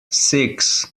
six